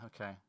okay